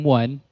one